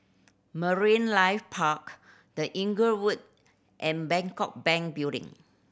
Marine Life Park The Inglewood and Bangkok Bank Building